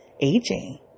aging